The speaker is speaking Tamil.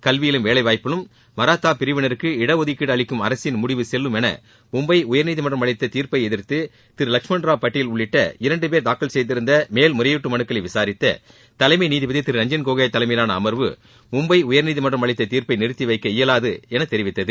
கல்வியிலும் வேலைவாய்ப்பிலும் மராத்தா பிரிவினருக்கு இடஒதுக்கீடு அளிக்கும் அரசின் முடிவு செல்லும் என மும்பை உயர்நீதிமன்றம் அளித்த தீர்ப்பை எதிர்த்து திரு லஷ்மண் ராவ் பட்டல் உள்ளிட்ட தாக்கல் செய்திருந்த மேல்முறையீட்டு மனுக்களை விசாரித்த தலைமை இரண்டு பேர் நீதிபதி திரு ரஞ்சன் கோகோய் தலைமயிலாள அமர்வு மும்பை உயர்நீதிமன்றம் அளித்த தீர்ப்பை நிறுத்தி வைக்க இயலாது என தெரிவித்தது